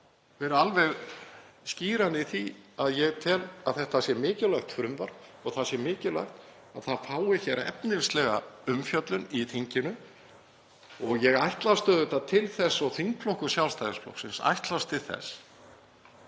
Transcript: verið alveg skýran í því að ég tel að þetta sé mikilvægt frumvarp og það sé mikilvægt að það fái efnislega umfjöllun í þinginu. Ég ætlast auðvitað til þess og þingflokkur Sjálfstæðisflokksins ætlast til þess